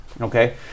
Okay